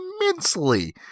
immensely